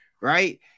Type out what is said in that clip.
right